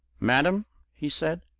madam, he said,